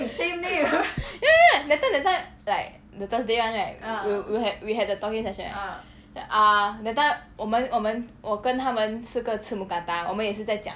ya ya ya that time that time like the thursday [one] right we'll we will had we had the talking session right ah that time 我们我们我跟他们吃个吃 mookata 我们也是在讲